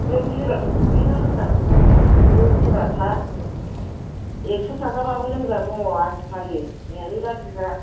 नों गिबाबो अरजाला लोंग्राफोर दङ नों गिबा था एकस' थाखाबाबो लोंग्रा दङ आजिखालि मेल्ला बिग्रा